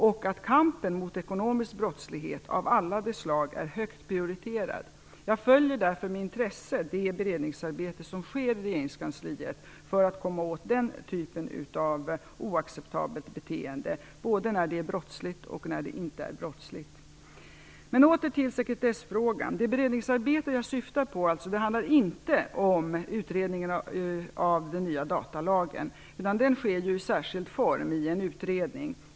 Och kampen mot ekonomisk brottslighet av alla slag är högt prioriterad. Jag följer därför med intresse det beredningsarbete som sker i regeringskansliet för att komma åt den här typen av oacceptabelt beteende, både när det är brottsligt och när det inte är det. Jag återgår nu till sekretessfrågan. Det beredningsarbete som jag syftar på handlar inte om utredning av den nya datalagen. Den sker i en särskild form, i en utredning.